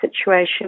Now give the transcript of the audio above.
situation